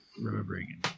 remembering